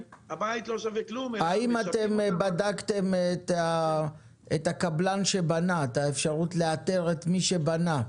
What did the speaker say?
הבית לא שווה כלום --- האם בדקתם את האפשרות לאתר את הקבלן שבנה?